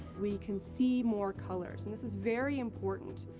we can see more colors and this is very important,